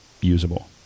usable